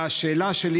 והשאלה שלי